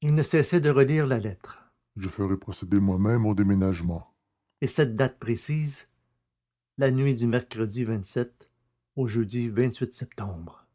il ne cessait de relire la lettre je ferai procéder moi-même au déménagement et cette date précise la nuit du mercredi au jeudi septembre